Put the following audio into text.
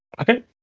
Okay